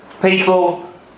people